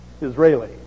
Israeli